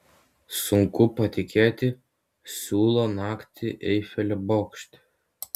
sunku patikėti siūlo naktį eifelio bokšte